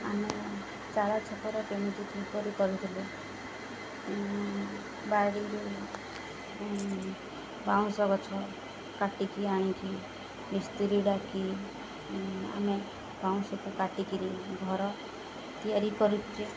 ଆମେ ଚାଳ ଛପର କେମିତି କିପରି କରୁଥିଲୁ ବାଡ଼ିରେ ବାଉଁଶ ଗଛ କାଟିକି ଆଣିକି ମିସ୍ତ୍ରୀ ଡାକି ଆମେ ବାଉଁଶକୁ କାଟିକିରି ଘର ତିଆରି କରୁଛେ